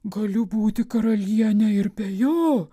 galiu būti karaliene ir be jo